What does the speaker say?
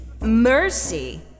Mercy